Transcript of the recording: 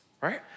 right